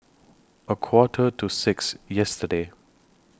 A Quarter to six yesterday